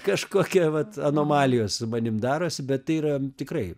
kažkokia vat anomalija su manim darosi bet yra tikrai